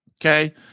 Okay